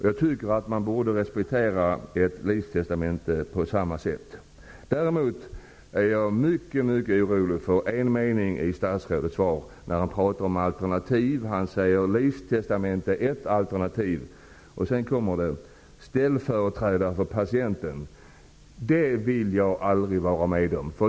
Jag tycker att man borde respektera ett livstestamente på samma sätt. Däremot är jag mycket orolig för en mening i statsrådets svar. Statsrådet talar om alternativ. Han säger att livstestamente är ett alternativ. Sedan kommer: Ställföreträdare för patienten kan vara ett annat alternativ. Det vill jag aldrig vara med om.